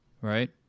Right